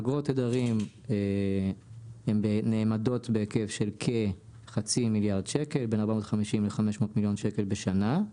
אגרות תדרים נאמדות בהיקף של בין 450 ל-500 מיליון שקל בשנה.